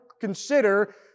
consider